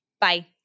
Bye